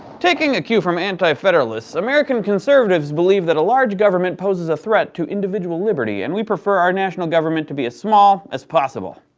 taking a cue from anti-federalists, american conservatives believe that a large government poses a threat to individual liberty, and we prefer our national government to be as small as possible.